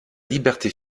liberté